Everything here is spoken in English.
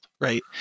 Right